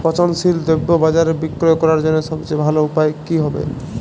পচনশীল দ্রব্য বাজারে বিক্রয় করার জন্য সবচেয়ে ভালো উপায় কি হবে?